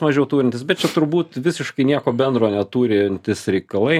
mažiau turintys bet čia turbūt visiškai nieko bendro neturintys reikalai